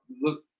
look